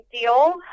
deal